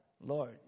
Lord